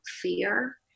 fear